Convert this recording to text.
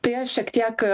tai aš šiek tiek